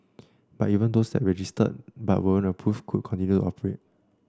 but even those that registered but weren't approved could continue to operate